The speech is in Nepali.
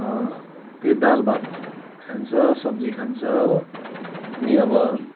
त्यही दाल भात खान्छ सब्जी खान्छ हो अनि अब